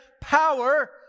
power